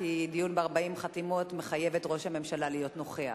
כי דיון ב-40 חתימות מחייב את ראש הממשלה להיות נוכח.